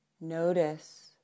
Notice